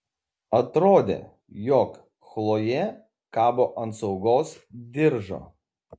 atrodė jog chlojė kabo ant saugos diržo